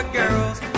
girls